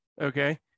Okay